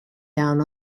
down